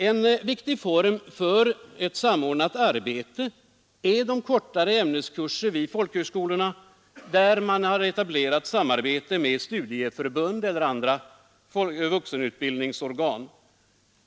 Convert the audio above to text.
En viktig form för ett samordnat arbete är de kortare ämneskurser vid folkhögskolorna, där man har etablerat samarbete med studieförbund eller andra vuxenutbildningsorgan.